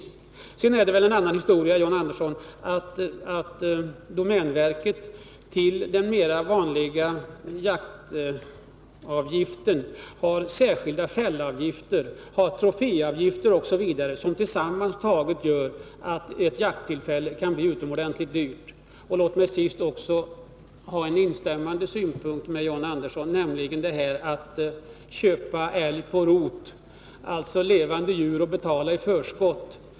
Sedan är det väl en annan historia, John Andersson, att domänverket utöver den vanliga jaktavgiften har särskilda fällavgifter, troféavgifter osv., vilket tillsammans gör att ett jakttillfälle kan bli utomordentligt dyrt. Låt mig till sist också på en punkt instämma med John Andersson, nämligen när det gäller att ”köpa älg på rot” och betala i förskott.